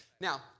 Now